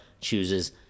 chooses